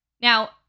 Now